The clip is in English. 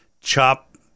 chop